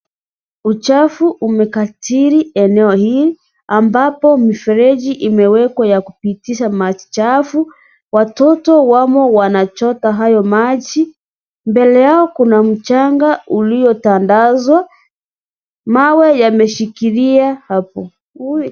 Uchafu umekatili eneo hii, ambapo mifereji imewekwa ya kupitisha maji chafu. Watoto wamo wanachota hayo maji. Mbele yao kuna mchanga uliotandazwa, mawe yameshikilia hapo.